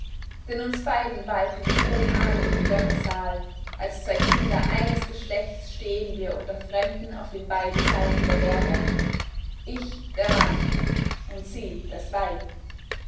denn uns beiden walten die hohen ahnen im göttersaal als zwei kinder eines geschlechts stehen wir unter fremden auf den beiden seiten der berge ich der mann und sie das weib